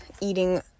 eating